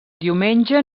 diumenge